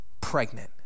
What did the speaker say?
pregnant